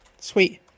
Sweet